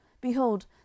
Behold